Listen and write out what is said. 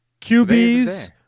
QBs